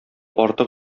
артык